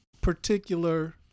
particular